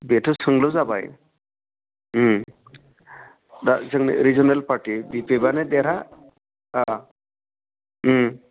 बेथ' सोंलु जाबाय दा जोंनि रिजोनेल पार्टि बि पि एफआनो देरहा बा